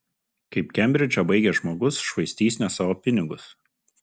kaip kembridžą baigęs žmogus švaistys ne savo pinigus